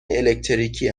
الکتریکی